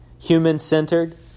human-centered